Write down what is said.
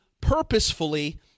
purposefully